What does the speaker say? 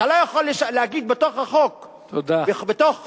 אתה לא יכול להגיד בתוך חוק לא דמוקרטי